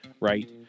right